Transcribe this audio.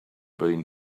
been